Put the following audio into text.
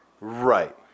Right